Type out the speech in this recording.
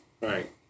Right